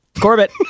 Corbett